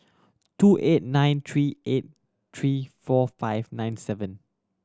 two eight nine three eight three four five nine seven